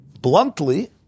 bluntly